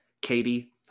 Katie